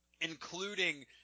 Including